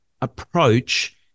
approach